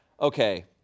Okay